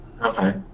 Okay